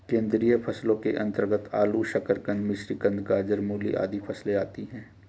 कंदीय फसलों के अंतर्गत आलू, शकरकंद, मिश्रीकंद, गाजर, मूली आदि फसलें आती हैं